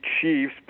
Chiefs